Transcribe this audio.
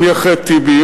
אני אחרי טיבי.